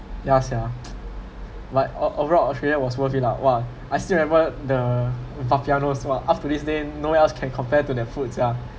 ya sia like ov~ overall australia was worth it lah !wah! I still remember the puff~ !wah! up to this day no else can compared to their food yeah